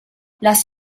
las